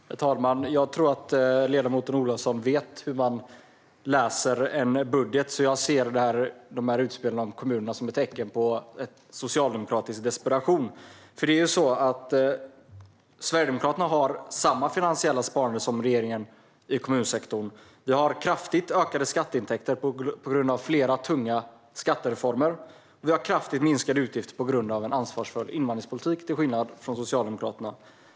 Herr talman! Jag tror att ledamoten Olovsson vet hur man läser en budget, så jag ser utspelet om kommunerna som ett tecken på socialdemokratisk desperation. Sverigedemokraterna har samma finansiella sparande i kommunsektorn som regeringen. Vi har kraftigt ökade skatteintäkter på grund av flera tunga skattereformer, och vi har kraftigt minskade utgifter på grund av en ansvarsfull invandringspolitik - till skillnad från Socialdemokraterna.